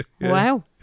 Wow